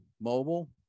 Mobile